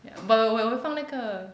but 我 y~ 我有放那个